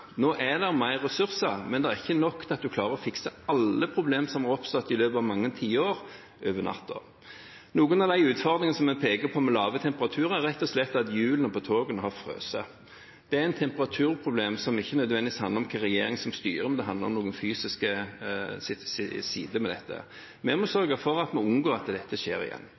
Nå er det mer ressurser, men det er ikke nok til at vi over natten klarer å fikse alle problemer som har oppstått i løpet av mange tiår. Noen av de utfordringene som er pekt på om lave temperaturer, er rett og slett at hjulene på togene har frosset. Det er et temperaturproblem som ikke nødvendigvis handler om hvilken regjering som styrer, men det handler om fysiske sider ved dette. Vi må sørge for at vi unngår at dette skjer igjen.